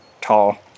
tall